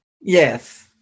Yes